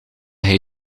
hij